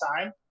time